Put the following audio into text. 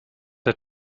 der